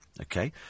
Okay